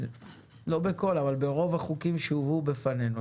לא בכל אבל ברוב החוקים שהובאו בפנינו.